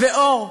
ואור,